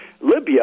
Libya